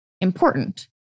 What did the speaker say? important